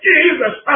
Jesus